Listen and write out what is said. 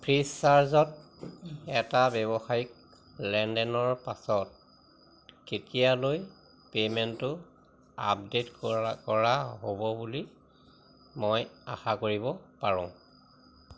ফ্ৰীচাৰ্জত এটা ব্যৱসায়িক লেনদেনৰ পাছত কেতিয়ালৈ পে'মেণ্টটো আপডেট কৰা হ'ব বুলি মই আশা কৰিব পাৰোঁ